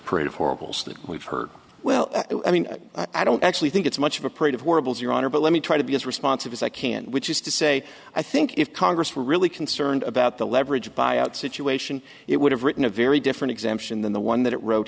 parade of horribles that we've heard well i mean i don't actually think it's much of a parade of horribles your honor but let me try to be as responsive as i can which is to say i think if congress were really concerned about the leverage buyout situation it would have written a very different exemption than the one that